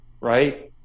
right